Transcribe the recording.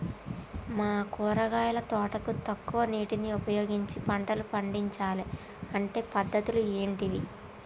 మా కూరగాయల తోటకు తక్కువ నీటిని ఉపయోగించి పంటలు పండించాలే అంటే పద్ధతులు ఏంటివి?